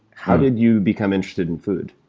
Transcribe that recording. how did you become interested in food?